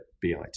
BIT